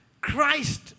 Christ